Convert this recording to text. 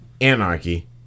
anarchy